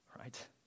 right